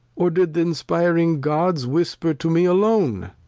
or did th' inspiring gods whisper to me alone?